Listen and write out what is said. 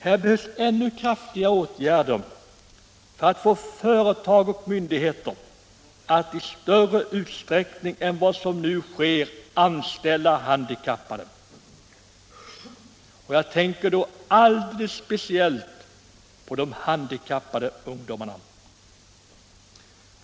Här behövs ännu kraftigare åtgärder för att få företag och myndigheter att i större utsträckning anställa handikappade. Jag tänker då alldeles speciellt på de handikappade ungdomarna.